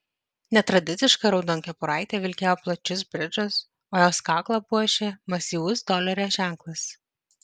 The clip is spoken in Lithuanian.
netradiciška raudonkepuraitė vilkėjo plačius bridžus o jos kaklą puošė masyvus dolerio ženklas